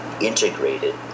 integrated